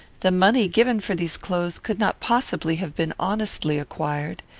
the money given for these clothes could not possibly have been honestly acquired.